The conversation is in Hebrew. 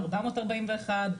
441,